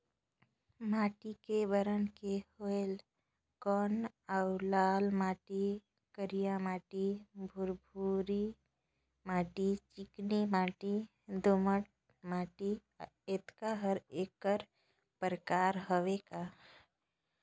माटी कये बरन के होयल कौन अउ लाल माटी, करिया माटी, भुरभुरी माटी, चिकनी माटी, दोमट माटी, अतेक हर एकर प्रकार हवे का?